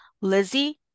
Lizzie